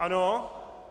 Ano.